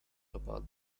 about